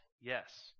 yes